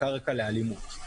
הקרקע לאלימות.